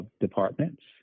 departments